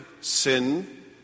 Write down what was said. sin